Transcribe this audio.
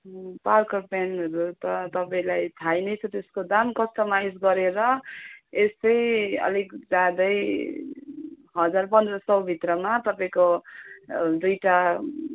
Parker पेनहरू त तपाईँलाई थाहै नै छ त्यसको दाम कस्टमाइज गरेर यस्तै अलिक ज्यादै हजार पन्ध्र सौ भित्रमा तपाईँको दुईवटा